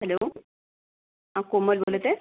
hello हां कोमल बोलत आहे